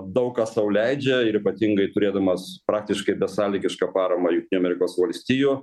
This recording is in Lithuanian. daug ką sau leidžia ir ypatingai turėdamas praktiškai besąlygišką paramą jungtinių amerikos valstijų